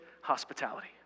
hospitality